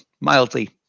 mildly